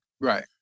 Right